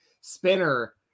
Spinner